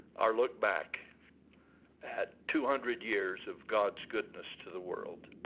our look back at two hundred years of god's goodness to the world.